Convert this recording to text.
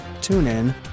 TuneIn